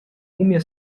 umie